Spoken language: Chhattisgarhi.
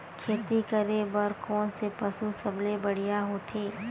खेती करे बर कोन से पशु सबले बढ़िया होथे?